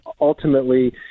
ultimately –